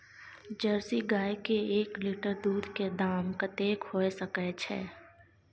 Jersey गाय के एक लीटर दूध के दाम कतेक होय सके छै?